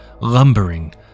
lumbering